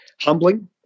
humbling